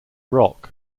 rock